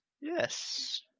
Yes